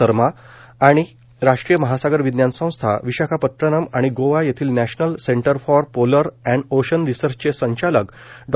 सरमा आणि राष्ट्रीय महासागर विज्ञान संस्था विशाखापत्तनम आणि गोवा येथील national centre for polar and ocean रिसर्चचे संचालक डॉ